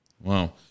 Wow